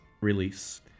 release